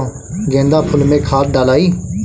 गेंदा फुल मे खाद डालाई?